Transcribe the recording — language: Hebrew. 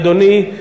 אדוני,